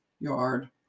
yard